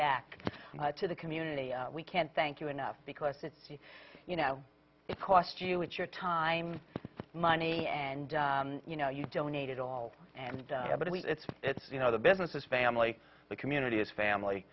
back to the community we can't thank you enough because it's you you know it's cost you it's your time money and you know you donate it all and it's it's you know the business is family the community is family